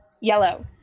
Yellow